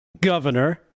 governor